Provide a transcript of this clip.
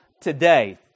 today